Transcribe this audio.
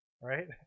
right